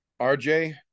rj